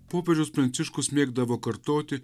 popiežius pranciškus mėgdavo kartoti